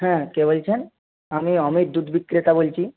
হ্যাঁ কে বলছেন আমি অমিত দুধ বিক্রেতা বলছি